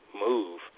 move